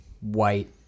white